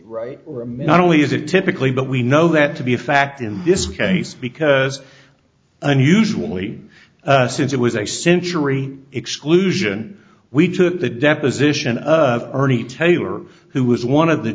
right not only is it typically but we know that to be a fact in this case because unusually since it was a century exclusion we took the deposition of ernie taylor who was one of the